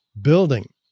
building